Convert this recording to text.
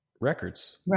records